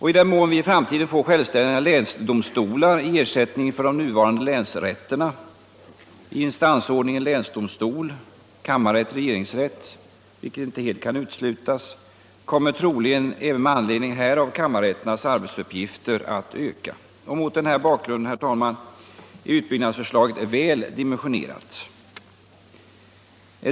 I den mån vi i framtiden får självständiga länsdomstolar, i ersättning för de nuvarande länsrätterna, i instansordningen länsdomstol-kammarrätt-regeringsrätt, vilket inte kan uteslutas, kommer troligen även med anledning därav kammarrätternas arbetsuppgifter att öka. Mot den här bakgrunden är utbyggnadsförslaget väl dimensionerat.